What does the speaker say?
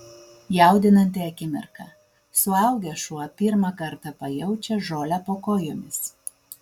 jaudinanti akimirka suaugęs šuo pirmą kartą pajaučia žolę po kojomis